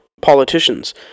politicians